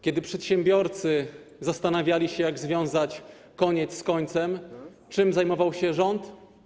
Kiedy przedsiębiorcy zastanawiali się, jak związać koniec z końcem, czym zajmował się rząd?